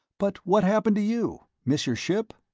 but what happened to you? miss your ship?